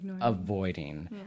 avoiding